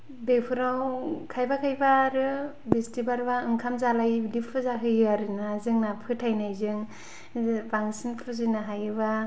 बेफोराव खायफा खायफा आरो बिस्थिबारबा ओंखाम जालायि बिदि फुजा होयो आरोना जोंना फोथायनायजों बांसिन फुजिनो हायोबा